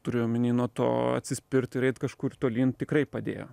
turiu omeny nuo to atsispirt ir eit kažkur tolyn tikrai padėjo